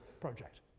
project